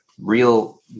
real